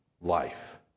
life